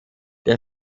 der